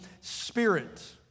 Spirit